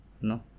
No